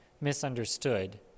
misunderstood